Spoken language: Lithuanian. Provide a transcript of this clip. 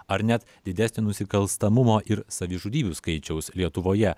ar net didesnio nusikalstamumo ir savižudybių skaičiaus lietuvoje